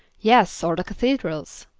yes, or the cathedrals!